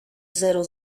zero